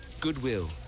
Goodwill